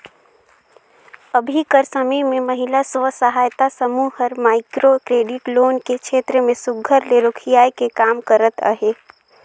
अभीं कर समे में महिला स्व सहायता समूह हर माइक्रो क्रेडिट लोन के छेत्र में सुग्घर ले रोखियाए के काम करत अहे